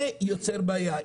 זה יוצר בעיה.